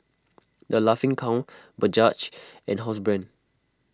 the Laughing Cow Bajaj and Housebrand